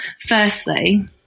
Firstly